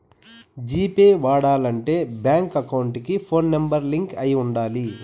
G pay వాడాలంటే bank account కి phone number link అయి ఉండాలి